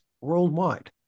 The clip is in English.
worldwide